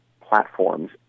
platforms